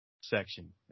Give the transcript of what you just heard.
section